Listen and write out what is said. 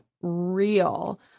real